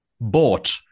bought